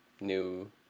new